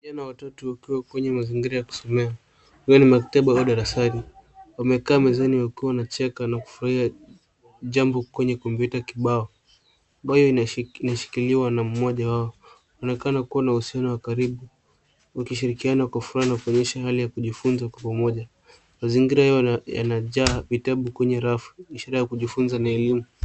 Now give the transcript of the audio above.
Vijana watatu wakiwa kwenye mazingira ya kusomea huwa ni maktaba au darasani. Wamekaa mezani wakiwa wanacheka na kufurahia jambo kwenye kompyuta kibao ambayo inashik- inshikiliwa na mmoja wao. Wanaonekana kuwa na uhusiano wa karibu wakishirikiana kwa furaha na kuonyesha hali ya kujifunza kwa pamoja. Mazingira yao yana- yanajaa vitabu kwenye rafu ishara kujifunza na elimu.